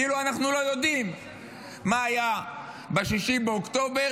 כאילו אנחנו לא יודעים מה היה ב-6 באוקטובר,